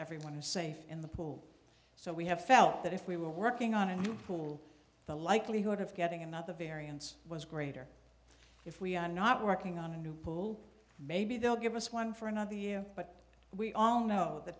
everyone is safe in the pool so we have felt that if we were working on a new pool the likelihood of getting another variance was greater if we are not working on a new pool maybe they'll give us one for another year but we all know the